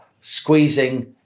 squeezing